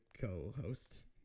co-host